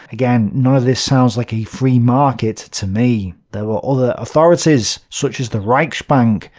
again, none of this sounds like a free market to me. there are other authorities, such as the reichsbank,